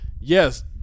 yes